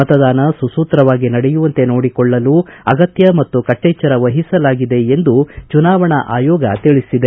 ಮತದಾನ ಸುಸೂತ್ರವಾಗಿ ನಡೆಯುವಂತೆ ನೋಡಿಕೊಳ್ಳಲು ಅಗತ್ಯ ಕ್ರಮ ಮತ್ತು ಕಟ್ಟೆಚ್ಚರ ವಹಿಸಲಾಗಿದೆ ಎಂದು ಚುನಾವಣಾ ಆಯೋಗ ತಿಳಿಸಿದೆ